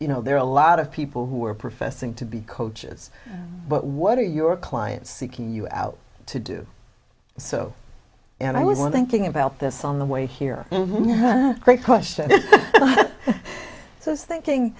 you know there are a lot of people who are professing to be coaches but what are your clients seeking you out to do so and i was one thinking about this on the way here great question so is thinking